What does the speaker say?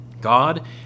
God